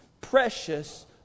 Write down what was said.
precious